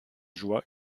joie